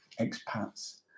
expats